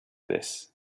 this